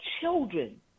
children